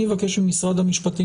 אני מבקש ממשרד המשפטים,